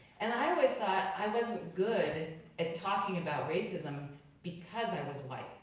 and i always thought i wasn't good at talking about racism because i was white.